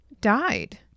died